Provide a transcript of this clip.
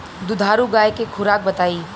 दुधारू गाय के खुराक बताई?